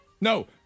No